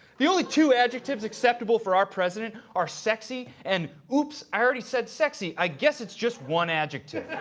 the only two adjectives acceptable for our president are sexy, and oops, i already said sexy. i guess it's just one adjective.